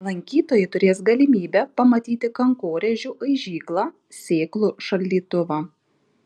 lankytojai turės galimybę pamatyti kankorėžių aižyklą sėklų šaldytuvą